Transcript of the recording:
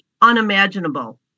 unimaginable